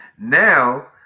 Now